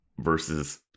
versus